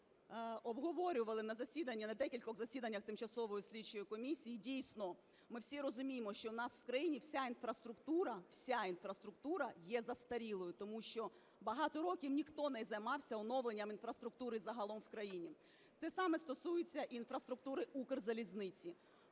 на засіданні, на декількох засіданнях тимчасової слідчої комісії. Дійсно, ми всі розуміємо, що у нас в країні вся інфраструктура (вся інфраструктура!) є застарілою, тому що багато років ніхто не займався оновленням інфраструктури загалом в країні. Те саме стосується інфраструктури Укрзалізниці.